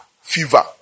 fever